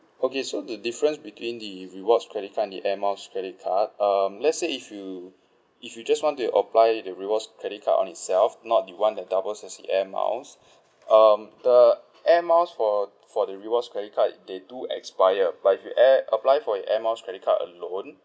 okay so the difference between the rewards credit card and the air miles credit card um let's say if you if you just want to apply the rewards credit card on itself not the one that doubles as the air miles um the air miles for for the rewards credit card they do expire but if you air apply for an air miles credit card alone